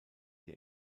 der